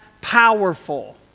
powerful